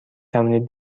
توانید